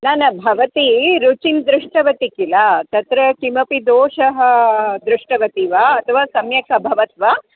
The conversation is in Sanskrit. न न भवती रुचिं दृष्टवती किल तत्र किमपि दोष्ं दृष्टवती वा अथवा सम्यक् अभवत् वा